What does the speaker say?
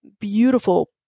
beautiful